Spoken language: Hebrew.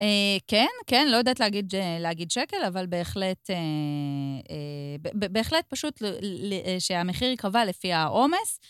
אה... כן, כן, לא יודעת להגיד אה, להגיד שקל, אבל בהחלט אה... אה, ב בהחלט פשוט שהמחיר יקבע לפי העומס.